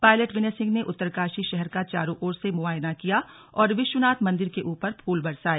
pilot Vinay Singh ने उत्तरकाशी शहर का चारों ओर से मुआयना किया और विश्वनाथ मंदिर के ऊपर फूल बरसाए